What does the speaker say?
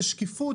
זה שקיפות.